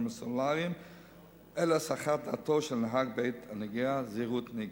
הסלולריים אלא להסחת דעתו של נהג בעת הנהיגה ולזהירות הנהיגה.